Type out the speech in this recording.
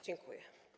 Dziękuję.